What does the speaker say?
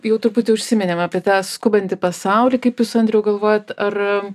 jau truputį užsiminėm apie tą skubantį pasaulį kaip jūs andriau galvojat ar